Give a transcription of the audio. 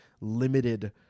limited